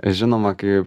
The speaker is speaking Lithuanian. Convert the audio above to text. žinoma kai